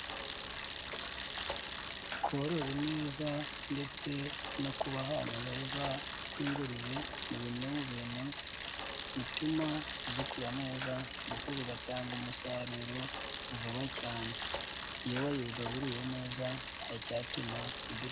Korora neza ndetse no kuba ahantu heza kw'ingurube ni bimwe mu bintu bituma zikura neza ndetse zigatanga umusaruro vuba cyane, iyo wayigaburiye neza ntacyatuma ida...